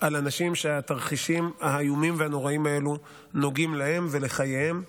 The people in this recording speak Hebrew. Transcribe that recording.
על אנשים שהתרחישים האיומים והנוראים האלו נוגעים להם ולחייהם.